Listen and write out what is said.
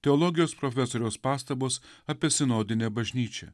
teologijos profesoriaus pastabos apie sinodinę bažnyčią